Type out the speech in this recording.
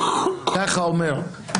ככה אומר.